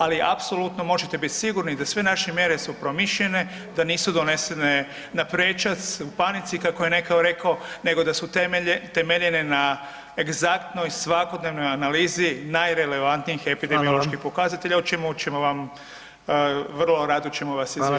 Ali apsolutno možete biti sigurni da sve naše mjere su promišljene, da nisu donesene na prečac u panici kako je netko rekao, nego da su temeljene na egzaktnoj svakodnevnoj analizi najrelevantnijih epidemioloških [[Upadica: Hvala vam.]] pokazatelja o čemu ćemo vam, vrlo rado ćemo vas izvijestiti.